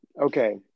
okay